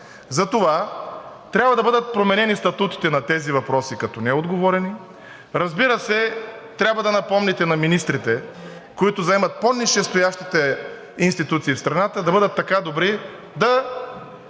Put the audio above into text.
Затова трябва да бъдат променени статутите на тези въпроси като неотговорени. Разбира се, трябва да напомните на министрите, които заемат по-низшестоящите институции в страната, да бъдат така добри ние